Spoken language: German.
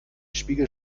spiegel